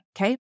okay